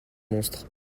monstre